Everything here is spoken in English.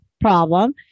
problem